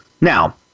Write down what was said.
Now